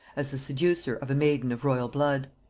as the seducer of a maiden of royal blood.